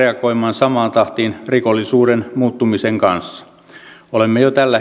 samaan tahtiin rikollisuuden muuttumisen kanssa olemme jo tällä